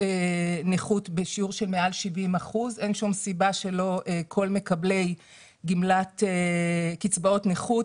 נכות בשיעור של מעל 70%. אין שום סיבה שלא כל מקבלי קצבאות נכות,